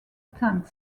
tank